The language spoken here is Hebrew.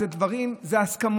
אז אלה דברים, אלה הסכמות,